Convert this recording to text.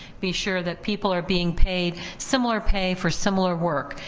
be sure that people are being paid similar pay for similar work,